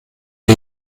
wir